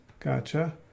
Gotcha